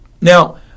Now